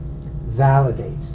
validate